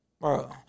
Bro